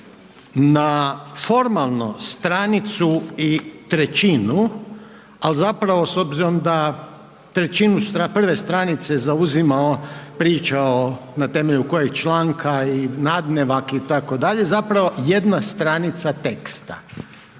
na formalno stranicu i trećinu, al zapravo s obzirom da trećinu prve stranice zauzima priča o, na temelju kojeg članka i nadnevak itd., zapravo jedna stranica teksta.